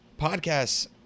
podcasts